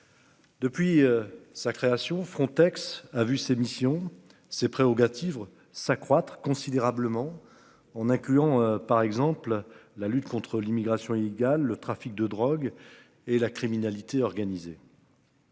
Depuis sa création, Frontex a vu ses missions, ses prérogatives s'accroître considérablement on incluant, par exemple la lutte contre l'immigration illégale. Le trafic de drogue et la criminalité organisée.